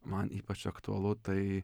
man ypač aktualu tai